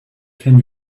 can